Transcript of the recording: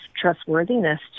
trustworthiness